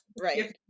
Right